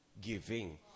giving